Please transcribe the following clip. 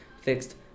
fixed